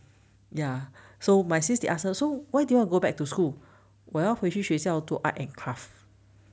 ya so my sis they ask her so why do you wanna go back to school 我要回去学校做 art and craft